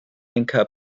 inca